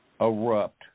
erupt